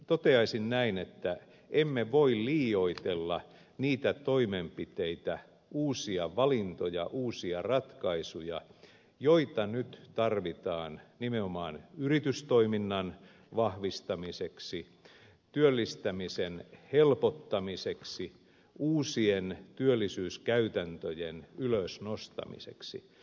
toteaisin näin että emme voi liioitella niitä toimenpiteitä uusia valintoja uusia ratkaisuja joita nyt tarvitaan nimenomaan yritystoiminnan vahvistamiseksi työllistämisen helpottamiseksi uusien työllisyyskäytäntöjen ylös nostamiseksi